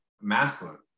masculine